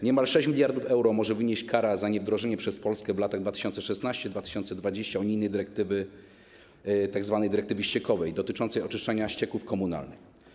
Niemal 6 mld euro może wynieść kara za niewdrożenie przez Polskę w latach 2016-2020 unijnej dyrektywy, tzw. dyrektywy ściekowej, dotyczącej oczyszczania ścieków komunalnych.